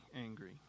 angry